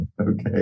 Okay